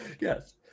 Yes